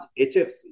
HFC